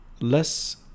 less